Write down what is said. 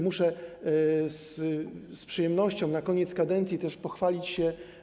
Muszę z przyjemnością na koniec kadencji pochwalić się.